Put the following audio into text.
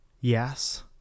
Yes